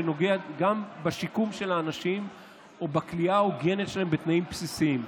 שנוגע גם לשיקום של האנשים או לכליאה ההוגנת שלהם בתנאים בסיסיים.